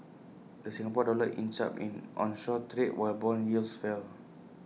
the Singapore dollar inched up in onshore trade while Bond yields fell